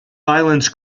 islands